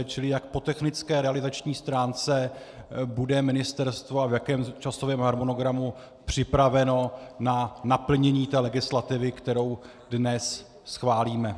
Tedy jak po technické a realizační stránce bude ministerstvo a v jakém časovém harmonogramu připraveno na naplnění legislativy, kterou dnes schválíme.